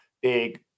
big